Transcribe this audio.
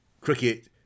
cricket